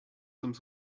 some